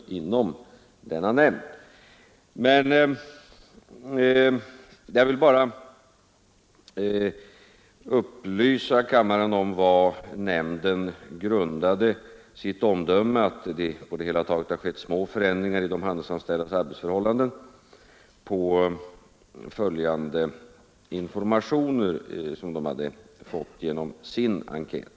123 Jag vill bara upplysa kammaren om att nämnden grundade sitt omdöme, att det på det hela taget har skett små förändringar i de handelsanställdas arbetsförhållanden, på följande informationer som nämnden hade fått genom sin enkät.